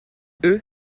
eux